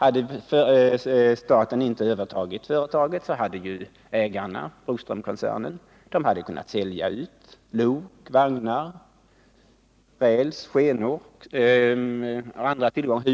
Hade staten inte övertagit företaget, så hade ju ägarna, 156 Broströmkoncernen, kunnat sälja ut lok, vagnar, skenor, hus och andra tillgångar.